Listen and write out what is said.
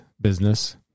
business